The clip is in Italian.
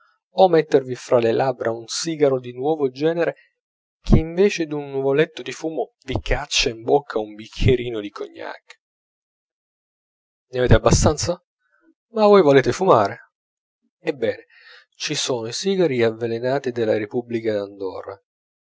o mettervi fra le labbra un sigaro di nuovo genere che invece d'un nuvoletto di fumo vi caccia in bocca un bicchierino di cognac ne avete abbastanza ma voi volete fumare ebbene ci sono i sigari avvelenati della repubblica